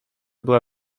była